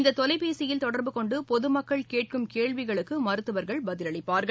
இந்த தொலைபேசியில் தொடர்பு கொண்டு பொதுமக்கள் கேட்கும் கேள்விகளுக்கு மருத்துவர்கள் பதிலளிப்பார்கள்